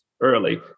early